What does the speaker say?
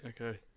okay